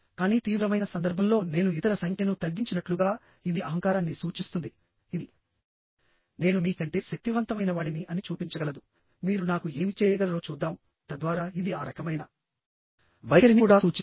కానీ తీవ్రమైన సందర్భంలో నేను ఇతర సంఖ్యను తగ్గించినట్లుగాఇది అహంకారాన్ని సూచిస్తుంది ఇది నేను మీ కంటే శక్తివంతమైనవాడిని అని చూపించగలదు మీరు నాకు ఏమి చేయగలరో చూద్దాంతద్వారా ఇది ఆ రకమైన వైఖరిని కూడా సూచిస్తుంది